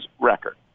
record